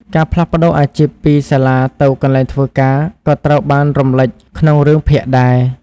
ការផ្លាស់ប្តូរអាជីព ពីសាលាទៅកន្លែងធ្វើការក៏ត្រូវបានរំលេចក្នុងរឿងភាគដែរ។